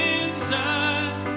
inside